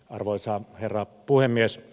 arvoisa herra puhemies